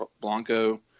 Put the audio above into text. Blanco